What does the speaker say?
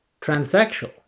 transsexual